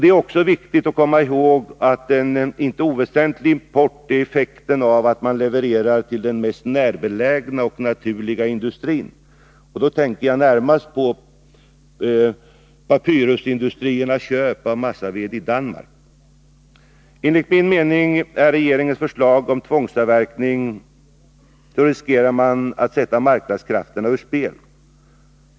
Det är också viktigt att komma ihåg att en inte oväsentlig import är effekten av att man levererar till den mest närbelägna och naturliga industrin. Då tänker jag närmast på Papyrusindustriernas köp av massaved i Danmark. Enligt min mening riskerar man genom regeringens förslag om tvångsavverkning att sätta marknadskrafterna ur spel.